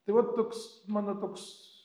tai va toks mano toks